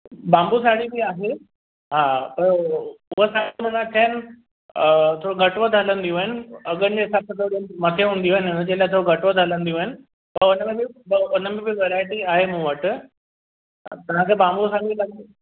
भागो साड़ी बि आहे हा पर हो हुअ साड़ी माना अ थोड़ो घटि वधि हलंदियूं आहिनि अघुनि जे हिसाब सां थोरो मथे हूंदी आहे हिन लाइ थोरो घटि वधि हलंदियूं आहिनि पोइ हुनमें हुनमें बि वैरायटी आहे मां वटि तव्हांखे भागो साड़ी खपेव